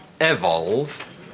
evolve